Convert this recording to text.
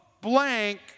blank